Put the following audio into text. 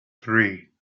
three